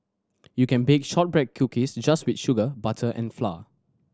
you can bake shortbread cookies just with sugar butter and flour